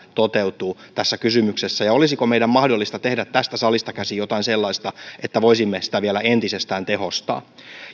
toteutuu tässä kysymyksessä ja olisiko meidän mahdollista tehdä tästä salista käsin jotain sellaista että voisimme sitä vielä entisestään tehostaa